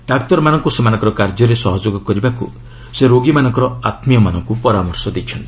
ଡାକ୍ତରମାନଙ୍କ ସେମାନଙ୍କ କାର୍ଯ୍ୟରେ ସହଯୋଗ କରିବାକୃ ସେ ରୋଗୀମାନଙ୍କ ଆତ୍କୀୟମାନଙ୍କୁ ପରାମର୍ଶ ଦେଇଛନ୍ତି